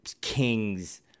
Kings